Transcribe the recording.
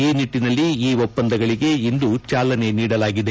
ಈ ನಿಟ್ಟನಲ್ಲಿ ಈ ಒಪ್ಪಂದಗಳಿಗೆ ಇಂದು ಚಾಲನೆ ನೀಡಲಾಗಿದೆ